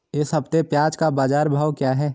इस हफ्ते प्याज़ का बाज़ार भाव क्या है?